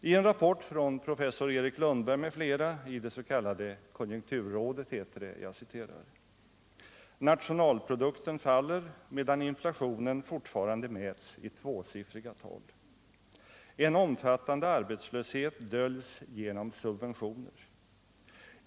I en rapport från professor Erik Lundberg m.fl. i det s.k. Konjunkturrådet heter det: ”Nationalprodukten taller, medan inflationstakten fortfarande mäts i tvåsiffriga tal. En omfattande arbetslöshet döljs genom subventioner.